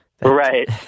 Right